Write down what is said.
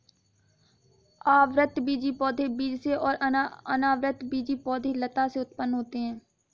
आवृतबीजी पौधे बीज से और अनावृतबीजी पौधे लता से उत्पन्न होते है